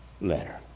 letter